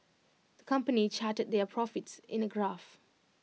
the company charted their profits in A graph